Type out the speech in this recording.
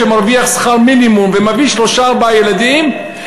שמרוויח שכר מינימום ומביא שלושה-ארבעה ילדים,